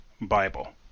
Bible